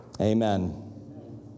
Amen